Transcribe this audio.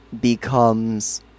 becomes